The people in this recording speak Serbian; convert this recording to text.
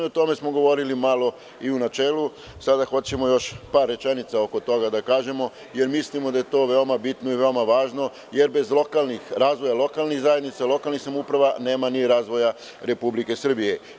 O tome smo govorili malo i u načelu, a sada hoćemo još par rečenica oko toga da kažemo, jer mislimo da je to veoma bitno i veoma važno, jer bez razvoja lokalnih zajednica, lokalnih samouprava nema ni razvoja Republike Srbije.